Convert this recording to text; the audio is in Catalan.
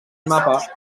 mapa